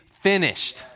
finished